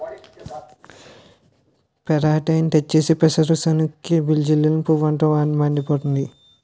పెరాటేయిన్ తెచ్చేసి పెసరసేనుకి జల్లినను పువ్వంతా మాడిపోయింది